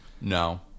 No